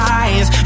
eyes